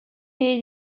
est